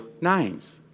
names